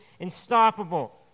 unstoppable